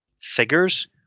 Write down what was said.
figures